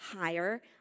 higher